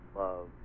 love